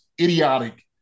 idiotic